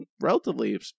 relatively